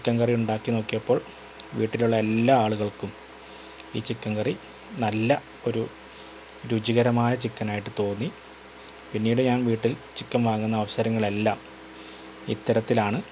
chicken curry ഉണ്ടാക്കി നോക്കിയപ്പോൾ വീട്ടിലുള്ള എല്ലാ ആളുകൾക്കും ഈ ചിക്കൻ കറി നല്ല ഒരു രുചികരമായ ചിക്കനായിട്ട് തോന്നി പിന്നീട് ഞാൻ വീട്ടിൽ ചിക്കൻ വാങ്ങുന്ന അവസരങ്ങളെല്ലാം ഇത്തരത്തിലണ്